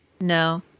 no